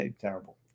terrible